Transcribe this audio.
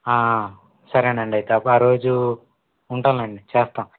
సరేనండి అయితే ఓకే ఆ రోజు ఉంటాములెండి చేస్తాం